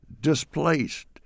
displaced